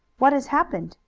what has happened?